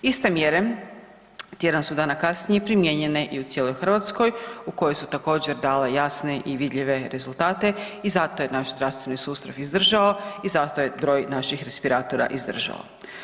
Iste mjere tjedan su dana kasnije primijenjene i u cijeloj Hrvatskoj u kojoj su također dale jasne i vidljive rezultate i zato je naš zdravstveni sustav izdržao i zato je broj naših respiratora izdržao.